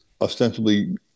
ostensibly